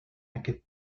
aquest